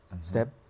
step